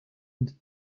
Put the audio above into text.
and